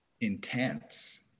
intense